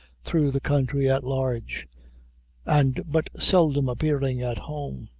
through the country at large and but seldom appearing at home.